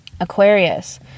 Aquarius